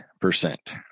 percent